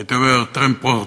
הייתי אומר טרמפורטוניסטים?